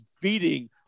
beating